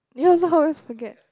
you also always forget